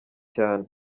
cyane